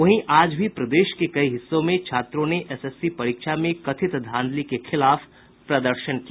वहीं आज भी प्रदेश के कई हिस्सों में छात्रों ने एसएससी परीक्षा में कथित धांधली के खिलाफ प्रदर्शन किया